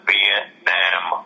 Vietnam